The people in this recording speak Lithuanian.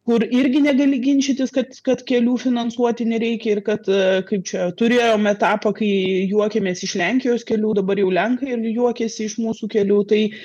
kur irgi negali ginčytis kad kad kelių finansuoti nereikia ir kad kaip čia turėjom etapą kai juokėmės iš lenkijos kelių dabar jau lenkai juokiasi iš mūsų kelių tai